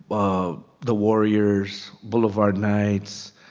um the warriors, boulevard nights.